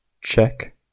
check